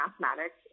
mathematics